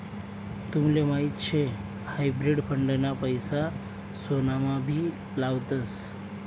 तुमले माहीत शे हायब्रिड फंड ना पैसा सोनामा भी लावतस